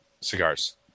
cigars